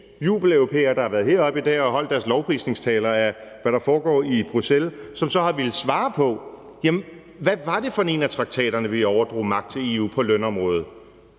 jubeleuropæere, der har været heroppe i dag og holdt deres lovprisningstaler om, hvad der foregår i Bruxelles, som har villet svare på: Hvad var det for en af traktaterne, hvor vi overdrog magt til EU på lønområdet,